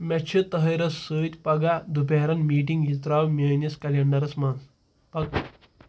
مےٚ چھِ طٲہِرس سۭتۍ پگاہ دُپہرٔن میٖٹِنٛگ یِہِ ترٛاو میٛٲنِس کلینٛڈرس منٛز